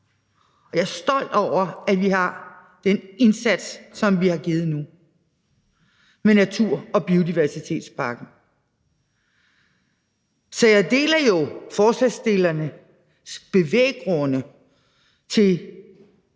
jeg er stolt over, at vi har gjort den indsats, som vi har gjort nu, med natur- og biodiversitetspakken. Så jeg deler jo forslagsstillernes bevæggrunde til